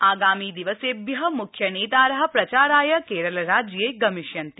आगामि दिवसेभ्य मुख्य नेतार प्रचाराय केरलराज्ये गामिष्यन्ति